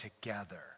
together